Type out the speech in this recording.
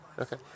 okay